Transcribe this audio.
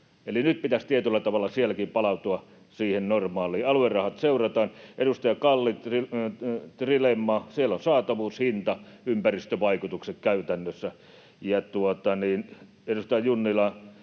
nyt pitäisi tietyllä tavalla sielläkin palautua siihen normaaliin. Aluerahat seurataan. Edustaja Kalli: Trilemma. Siellä on saatavuushinta, ympäristövaikutukset käytännössä. Ja edustaja Junnila: